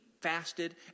fasted